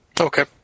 Okay